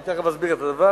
אני תיכף אסביר את הדבר.